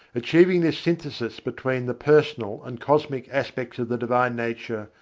achieving this synthesis between the personal and cosmic aspects of the divine nature,